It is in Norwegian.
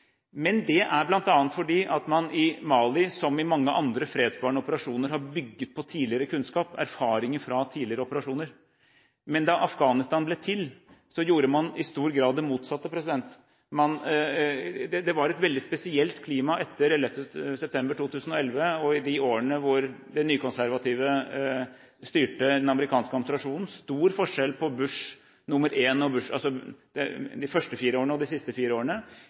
men jeg mener at mandat, oppsett, logikken, den politiske tenkningen – helhetstenkningen – rundt Mali er ganske god og riktig. Det skal vi beskrive her i Stortinget litt mer neste fredag, tror jeg. Det er bl.a. fordi man i Mali som i mange andre fredsbevarende operasjoner har bygd på tidligere kunnskap, erfaringer fra tidligere operasjoner, men da Afghanistan ble til, gjorde man i stor grad det motsatte. Det var et veldig spesielt klima etter 11. september 2001 og i de årene hvor de nykonservative styrte den amerikanske